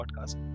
podcast